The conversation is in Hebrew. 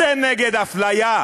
זה נגד אפליה.